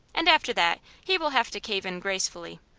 and after that he will have to cave in gracefully.